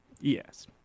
Yes